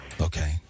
Okay